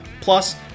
plus